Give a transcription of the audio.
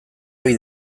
ohi